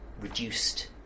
reduced